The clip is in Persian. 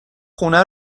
خونه